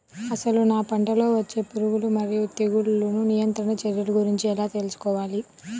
అసలు నా పంటలో వచ్చే పురుగులు మరియు తెగులుల నియంత్రణ చర్యల గురించి ఎలా తెలుసుకోవాలి?